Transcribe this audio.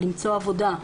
למצוא עבודה,